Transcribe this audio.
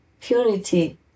purity